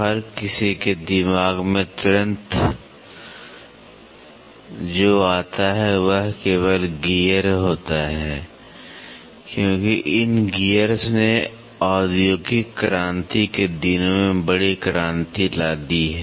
हर किसी के दिमाग में तुरंत जो आता है वह केवल गियर होता है क्योंकि इन गियर्स ने औद्योगिक क्रांति के दिनों में बड़ी क्रांति ला दी है